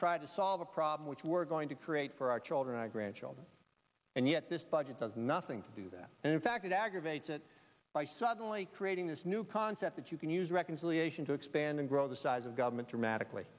try to solve a problem which we're going to create for our children and grandchildren and yet this budget does nothing to do that and in fact it aggravates it by suddenly creating this new concept that you can use reconciliation to expand and grow the size of government dramatically